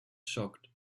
shocked